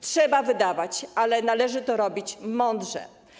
Trzeba wydawać, ale należy to robić mądrze.